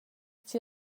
chi